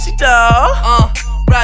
Ride